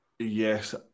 Yes